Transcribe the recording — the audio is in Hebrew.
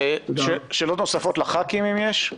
שאלות נוספות לח"כים, אם יש?